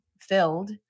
filled